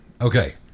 Okay